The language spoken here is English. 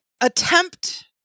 attempt